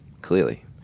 Clearly